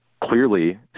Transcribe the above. clearly